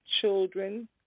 children